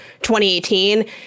2018